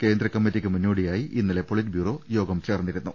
കേന്ദ്ര കമ്മറ്റിക്ക് മുന്നോടിയായി ഇന്നലെ പൊളിറ്റ് ബ്യൂറോ യോഗം ചേർന്നിരുന്നു